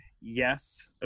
Yes